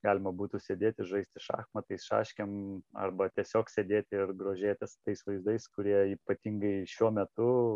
galima būtų sėdėti žaisti šachmatais šaškėm arba tiesiog sėdėti ir grožėtis tais vaizdais kurie ypatingai šiuo metu